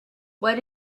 what